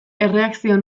erreakzio